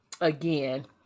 again